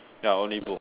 ya only book